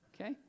okay